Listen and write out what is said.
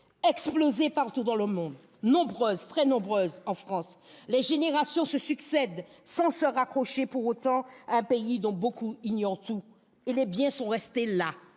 Explosées partout dans le monde, nombreuses, très nombreuses en France, les générations se succèdent sans se raccrocher pour autant à un pays dont beaucoup ignorent tout. Et les biens sont restés là,